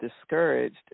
discouraged